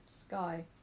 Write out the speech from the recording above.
sky